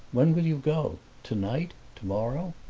when will you go tonight, tomorrow?